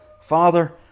Father